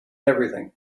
everything